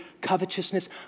covetousness